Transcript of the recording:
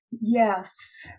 Yes